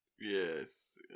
Yes